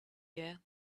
year